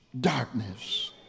darkness